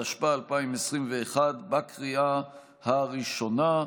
התשפ"א 2021, בקריאה הראשונה.